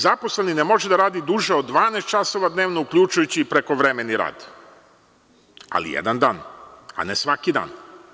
Zaposleni ne može da radi duže od 12 časova dnevno, uključujući i prekovremeni rad, ali jedan dan, a ne svaki dan.